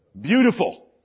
beautiful